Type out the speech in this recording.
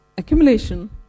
accumulation